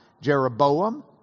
Jeroboam